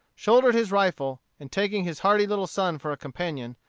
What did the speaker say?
shouldered his rifle, and taking his hardy little son for a companion,